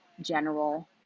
general